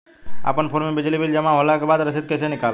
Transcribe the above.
अपना फोन मे बिजली बिल जमा होला के बाद रसीद कैसे निकालम?